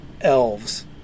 elves